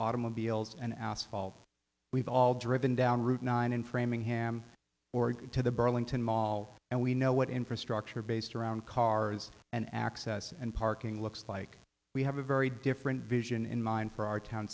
automobiles and asphalt we've all driven down route nine in framingham or to the burlington mall and we know what infrastructure based around cars and access and parking looks like we have a very different vision in mind for our town